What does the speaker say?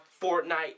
Fortnite